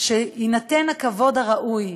שיינתן הכבוד הראוי,